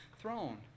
throne